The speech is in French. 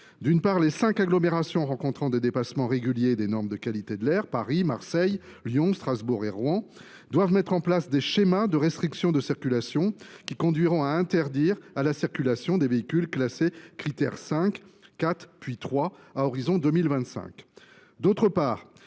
D’une part, les cinq agglomérations rencontrant des dépassements réguliers des normes de qualité de l’air – Paris, Marseille, Lyon, Strasbourg et Rouen – doivent mettre en place des schémas de restriction de circulation, qui conduiront à interdire à la circulation des véhicules classés Crit’air 5, Crit’air 4,